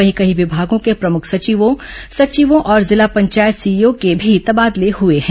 वहीं कई विभागों के प्रमुख सचिवों सचिवों और जिला पंचायत सीईओ के भी तबादले हए हैं